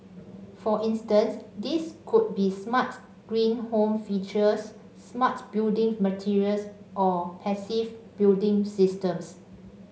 for instance these could be smart green home features smart building materials or passive building systems